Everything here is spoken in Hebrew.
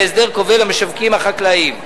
והסדר כובל למשווקים החקלאיים.